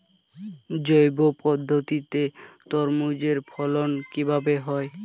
জৈব পদ্ধতিতে তরমুজের ফলন কিভাবে হয়?